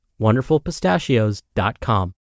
WonderfulPistachios.com